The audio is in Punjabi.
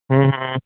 ਹੂੰ ਹੂੰ